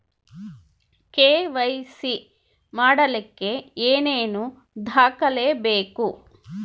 KYC ಮಾಡಲಿಕ್ಕೆ ಏನೇನು ದಾಖಲೆಬೇಕು?